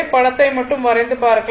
படத்தை மட்டும் வரைந்து பார்க்கலாம்